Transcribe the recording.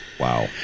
Wow